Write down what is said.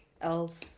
else